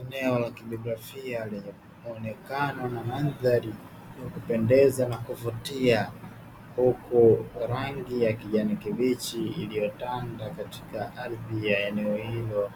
Eneo la kijiografia lenye muonekano na mandhari ya kupendeza na kuvutia, huku rangi ya kijani kibichi iliyotanda katika ardhi ya eneo hilo,